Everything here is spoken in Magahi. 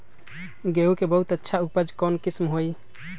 गेंहू के बहुत अच्छा उपज कौन किस्म होई?